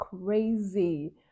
crazy